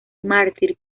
mártir